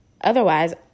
Otherwise